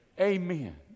Amen